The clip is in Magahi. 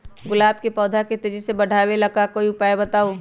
गुलाब के पौधा के तेजी से बढ़ावे ला कोई उपाये बताउ?